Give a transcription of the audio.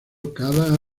cada